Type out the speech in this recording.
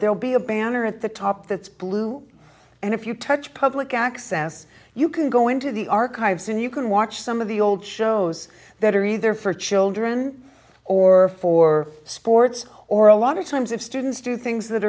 there will be a banner at the top that's blue and if you touch public access you can go into the archives and you can watch some of the old shows that are either for children or for sports or a lot of times if students do things that